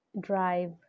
drive